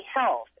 health